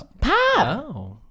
Pop